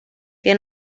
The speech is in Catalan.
que